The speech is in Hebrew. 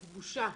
בושה.